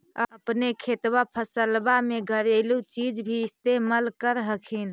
अपने खेतबा फसल्बा मे घरेलू चीज भी इस्तेमल कर हखिन?